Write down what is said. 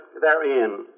therein